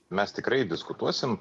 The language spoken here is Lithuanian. mes tikrai diskutuosim